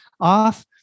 off